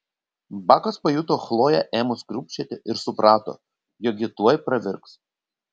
bakas pajuto chloję ėmus krūpčioti ir suprato jog ji tuoj pravirks